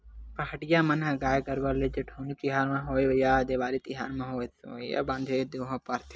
पहाटिया मन ह गाय गरुवा ल जेठउनी तिहार म होवय या देवारी तिहार म होवय सोहई बांधथे दोहा पारत